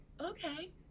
okay